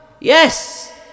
Yes